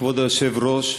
כבוד היושב-ראש,